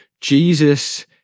Jesus